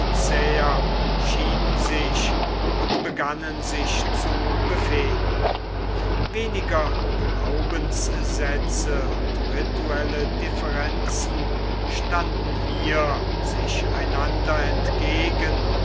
schieden sich und begannen sich zu befehden weniger glaubenssätze und rituelle differenzen standen hier sich einander entgegen